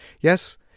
Yes